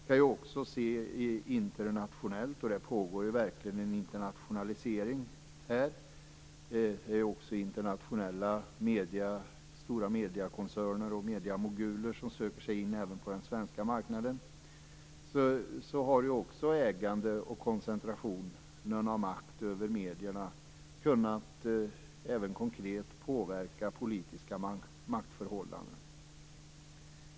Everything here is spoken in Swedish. Det pågår verkligen också en internationalisering här. Internationella medier, stora mediekoncerner och mediemoguler söker sig in på den svenska marknaden. Ägarkoncentration och makt över medierna har även konkret kunnat påverka politiska maktförhållanden.